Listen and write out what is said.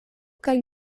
kaj